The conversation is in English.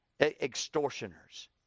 extortioners